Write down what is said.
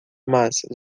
mas